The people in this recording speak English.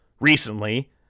recently